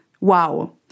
Wow